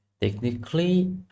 Technically